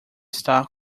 está